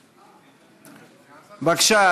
בבקשה,